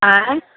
आएँ